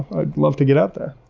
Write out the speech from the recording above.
i'd love to get out there.